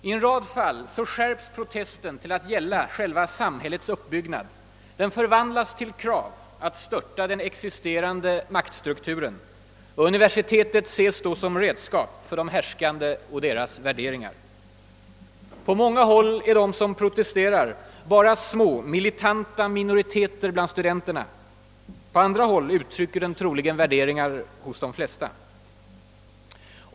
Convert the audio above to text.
I en rad fall skärps protesten till att gälla själva samhällets uppbyggnad. Den förvandlas till krav på att störta den existerande maktstrukturen — universitetet ses då som redskap för de härskande och deras värderingar. På många håll är de som protesterar bara små, militanta minoriteter bland studenterna; på andra håll uttrycker de troligen värderingar hos de flesta.